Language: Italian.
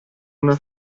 una